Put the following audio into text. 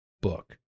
book